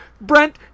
Brent